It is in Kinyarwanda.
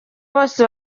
bose